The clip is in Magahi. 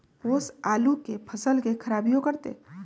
ओस आलू के फसल के खराबियों करतै?